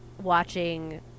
watching